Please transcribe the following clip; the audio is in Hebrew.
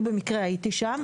אני במקרה הייתי שם.